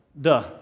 Duh